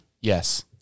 Yes